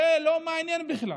זה לא מעניין בכלל.